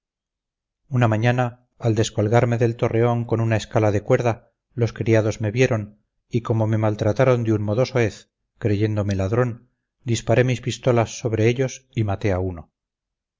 una mañana al descolgarme del torreón con una escala de cuerda los criados me vieron y como me maltrataran de un modo soez creyéndome ladrón disparé mis pistolas sobre ellos y maté a uno